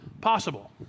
possible